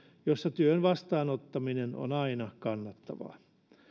jossa työn vastaanottaminen on aina kannattavaa